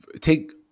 take